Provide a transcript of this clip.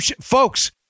Folks